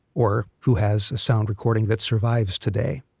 or who has a sound recording that survives today.